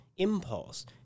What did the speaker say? Impulse